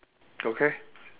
okay